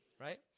right